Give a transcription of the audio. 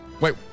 Wait